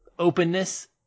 openness